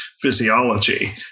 physiology